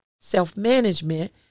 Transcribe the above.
Self-management